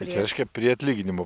tai reiškia prie atlyginimų